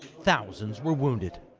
thousands were wounded.